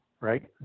right